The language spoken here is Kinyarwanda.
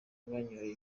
banyoye